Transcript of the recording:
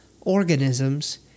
organisms